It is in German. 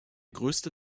größte